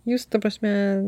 jūs ta prasme